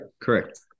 correct